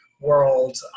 world